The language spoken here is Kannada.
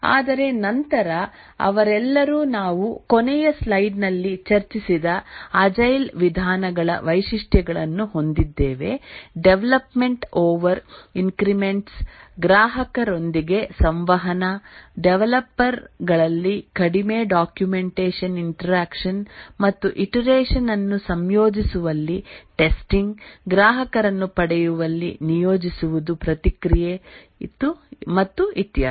ಆದರೆ ನಂತರ ಅವರೆಲ್ಲರೂ ನಾವು ಕೊನೆಯ ಸ್ಲೈಡ್ನಲ್ಲಿ ಚರ್ಚಿಸಿದ ಅಜೈಲ್ ವಿಧಾನಗಳ ವೈಶಿಷ್ಟ್ಯಗಳನ್ನು ಹೊಂದಿದ್ದೇವೆ ಡೆವಲಪ್ಮೆಂಟ್ ಓವರ್ ಇಂಕ್ರಿಮೆಂಟ್ಸ್ ಗ್ರಾಹಕರೊಂದಿಗೆ ಸಂವಹನ ಡೆವಲಪರ್ ಗಳಲ್ಲಿ ಕಡಿಮೆ ಡಾಕ್ಯುಮೆಂಟೇಶನ್ ಇಂಟೆರ್ಆಕ್ಷನ್ ಮತ್ತು ಇಟೆರೇಷನ್ ಅನ್ನು ಸಂಯೋಜಿಸುವಲ್ಲಿ ಟೆಸ್ಟಿಂಗ್ ಗ್ರಾಹಕರನ್ನು ಪಡೆಯುವಲ್ಲಿ ನಿಯೋಜಿಸುವುದು ಪ್ರತಿಕ್ರಿಯೆ ಮತ್ತು ಇತ್ಯಾದಿ